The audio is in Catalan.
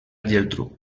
geltrú